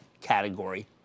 category